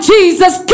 Jesus